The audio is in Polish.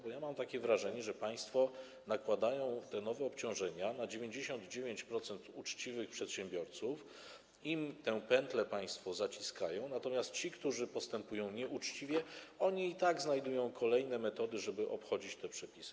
Bo ja mam takie wrażenie, że państwo nakładają te nowe obciążenia na 99% uczciwych przedsiębiorców, zaciskają im państwo tę pętlę, natomiast ci, którzy postępują nieuczciwie, i tak znajdują kolejne metody, żeby obchodzić te przepisy.